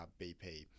BP